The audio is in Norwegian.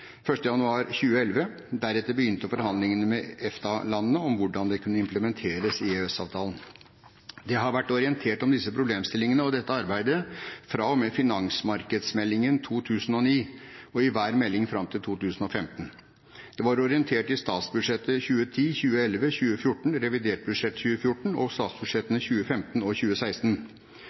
januar 2011, og deretter begynte forhandlingene med EFTA-landene om hvordan det kunne implementeres i EØS-avtalen. Det har vært orientert om disse problemstillingene og dette arbeidet fra og med finansmarkedsmeldingen 2009 og i hver melding fram til 2015. Det var orientert om i statsbudsjettene 2010, 2011, 2014, i revidert budsjett 2014 og i statsbudsjettene 2015 og 2016.